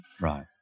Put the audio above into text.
Right